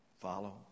follow